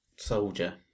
soldier